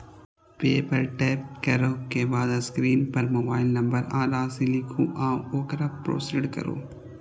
पे पर टैप करै के बाद स्क्रीन पर मोबाइल नंबर आ राशि लिखू आ ओकरा प्रोसीड करू